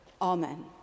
Amen